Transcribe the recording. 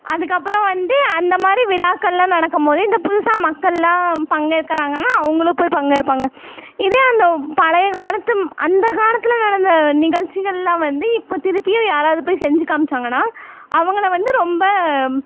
அதுக்கப்புறம் வந்து அந்த மாதிரி விழாக்களெலாம் நடக்கும் போது இந்த புதுசாக மக்களெலாம் பங்கேற்கிறாங்கன்னா அவங்களும் போய் பங்கேற்பாங்க இதே அந்த பழைய காலத்து அந்த காலத்தில் நடந்த நிகழ்ச்சிகளெலாம் வந்து இப்போது திருப்பியும் யாராவது போய் செஞ்சு காமிச்சாங்கன்னா அவங்கள வந்து ரொம்ப